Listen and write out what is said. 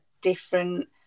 different